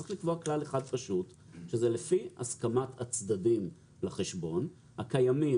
צריך לקבוע כלל אחד פשוט שזה לפי הסכמת הצדדים לחשבונות הקיימים,